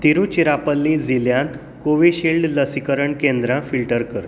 तिरुचिरापल्ली जिल्ल्यांत कोविशिल्ड लसीकरण केंद्रां फिल्टर कर